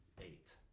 eight